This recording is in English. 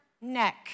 neck